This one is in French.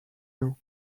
nous